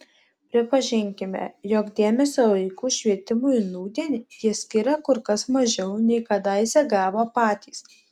pripažinkime jog dėmesio vaikų švietimui nūdien jie skiria kur kas mažiau nei kadaise gavo patys